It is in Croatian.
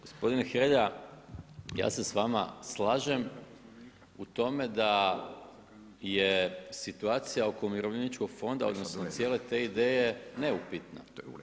Gospodine Hrelja, ja se s vama slažem u tome da je situacija oko umirovljeničkog fonda odnosno cijele te ideje neupitna.